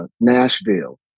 Nashville